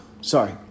Sorry